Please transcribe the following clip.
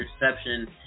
interception